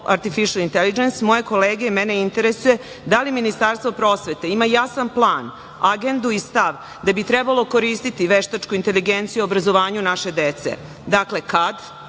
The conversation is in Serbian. artificial intelligence, moje kolege i mene interesuje da li Ministarstvo prosvete ima jasan plan, agendu i stav da bi trebalo koristiti veštačku inteligenciju u obrazovanju naše dece. Dakle, kad